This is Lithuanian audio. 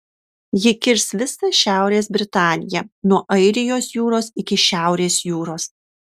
ji kirs visą šiaurės britaniją nuo airijos jūros iki šiaurės jūros